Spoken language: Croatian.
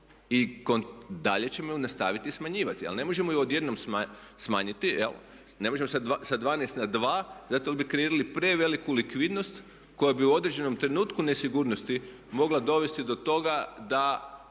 I dalje ćemo je nastaviti smanjivati, ali ne možemo je odjednom smanjiti, ne možemo sa 12 na 2 zato jer bi kreirali preveliku likvidnost koja bi u određenom trenutku nesigurnosti mogla dovesti do toga da